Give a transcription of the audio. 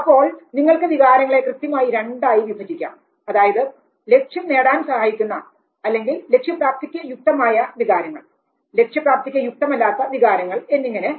അപ്പോൾ നിങ്ങൾക്ക് വികാരങ്ങളെ കൃത്യമായി രണ്ടായി വിഭജിക്കാം അതായത് ലക്ഷ്യം നേടാൻ സഹായിക്കുന്ന അല്ലെങ്കിൽ ലക്ഷ്യപ്രാപ്തിക്ക് യുക്തമായ വികാരങ്ങൾ ലക്ഷ്യപ്രാപ്തിക്ക് യുക്തമല്ലാത്ത വികാരങ്ങൾ എന്നിങ്ങനെ